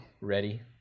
ready